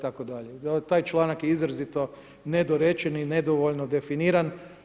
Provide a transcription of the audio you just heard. Taj članak je izrazito nedorečen i nedovoljno definiran.